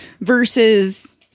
versus